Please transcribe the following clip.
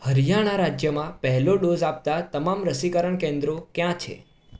હરિયાણા રાજ્યમાં પહેલો ડોઝ આપતાં તમામ રસીકરણ કેન્દ્રો કયાં છે